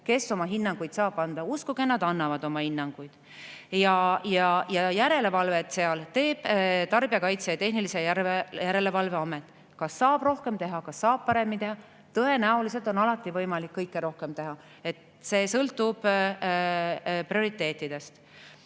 kes oma hinnanguid saab anda. Uskuge, nad annavad oma hinnanguid. Ja järelevalvet teeb Tarbijakaitse ja Tehnilise Järelevalve Amet. Kas saab rohkem teha, kas saab paremini teha? Tõenäoliselt on alati võimalik kõike rohkem teha, see sõltub prioriteetidest.